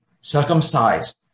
circumcised